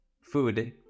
food